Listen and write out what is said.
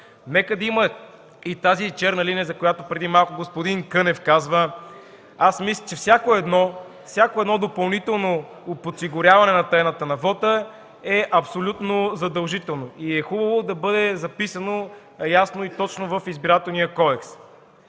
нека да я има и тази черна линия, за която преди малко господин Кънев каза. Мисля, че всяко допълнително подсигуряване в тайната на вота е абсолютно задължително и е хубаво да бъде записано ясно и точно в Изборния кодекс.